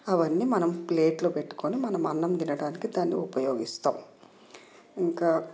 అవన్నీ మనం ప్లేట్లో పెట్టుకుని మనం అన్నం తినడానికి దాన్ని ఉపయోగిస్తాం ఇంకా